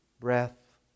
breath